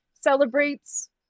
celebrates